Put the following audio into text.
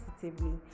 positively